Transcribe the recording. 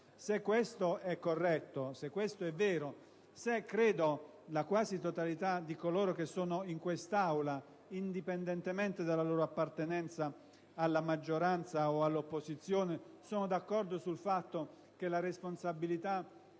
Se questo è corretto, se la quasi totalità di coloro che sono in questa Aula, indipendentemente dalla loro appartenenza alla maggioranza o all'opposizione, sono d'accordo sul fatto che la responsabilità